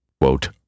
quote